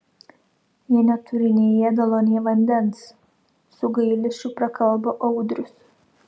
jie neturi nei ėdalo nei vandens su gailesčiu prakalbo audrius